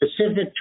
specific